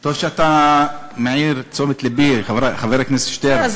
טוב שאתה מעיר את תשומת לבי, חבר הכנסת שטרן.